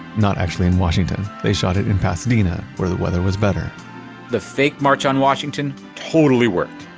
not actually in washington. they shot it in pasadena, where the weather was better the fake march on washington totally worked.